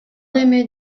эми